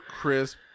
crisp